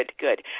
good